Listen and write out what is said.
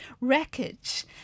Wreckage